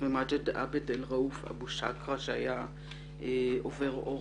מאג'ד עבד אל-ראוף אבו שקרה (עובר אורח)